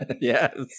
yes